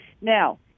Now